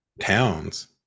towns